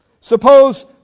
Suppose